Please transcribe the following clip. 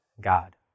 God